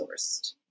sourced